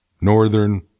Northern